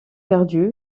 perdu